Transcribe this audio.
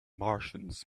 martians